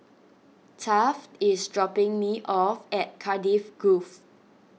Taft is dropping me off at Cardiff Grove